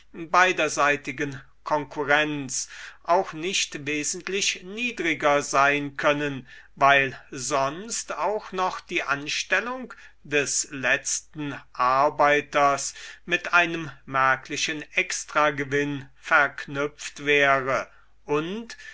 beiderseitigen konkurrenz auch nicht wesentlich niedriger sein können weil sonst auch noch die anstellung des letzten arbeiters mit einem merklichen extragewinn verknüpft wäre und